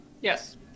Yes